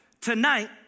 tonight